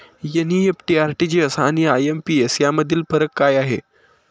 NEFT, RTGS आणि IMPS यामधील फरक काय आहे?